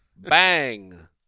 Bang